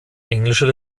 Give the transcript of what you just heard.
englischer